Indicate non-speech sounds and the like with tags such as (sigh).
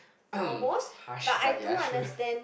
(noise) harsh but ya true